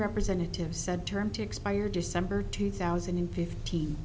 representative said term to expire december two thousand and fifteen